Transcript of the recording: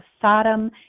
Sodom